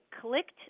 clicked